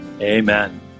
Amen